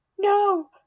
no